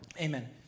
Amen